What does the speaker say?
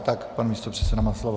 Tak pan místopředseda má slovo.